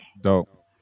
Dope